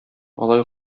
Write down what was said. алай